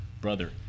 brother